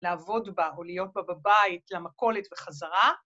‫לעבוד בה או להיות בה בבית, ‫למכולת וחזרה.